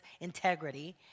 integrity